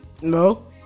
No